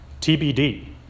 TBD